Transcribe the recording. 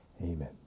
Amen